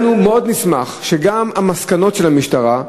אנחנו מאוד נשמח אם גם המסקנות של המשטרה,